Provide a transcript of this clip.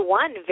one